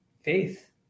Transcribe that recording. faith